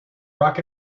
rock